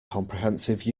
comprehensive